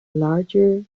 larger